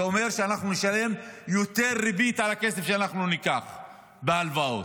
זה אומר שאנחנו נשלם יותר ריבית על הכסף שאנחנו ניקח בהלוואות.